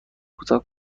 کوتاه